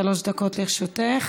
שלוש דקות לרשותך,